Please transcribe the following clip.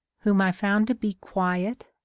whom i found to be quiet,